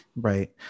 Right